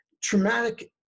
traumatic